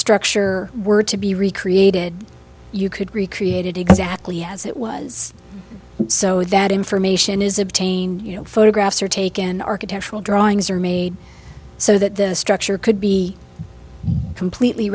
structure were to be recreated you could recreate it exactly as it was so that information is obtained you know photographs are taken architectural drawings are made so that the structure could be completely